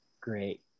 Great